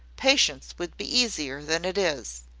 patience would be easier than it is.